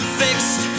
fixed